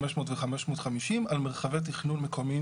500 ו-550 על מרחבי תכנון מקומיים,